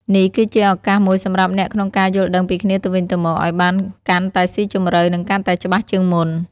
នេះគឺជាឱកាសមួយសម្រាប់អ្នកក្នុងការយល់ដឹងពីគ្នាទៅវិញទៅមកឱ្យបានកាន់តែស៊ីជម្រៅនិងកាន់តែច្បាស់ជាងមុន។